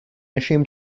assumed